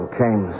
came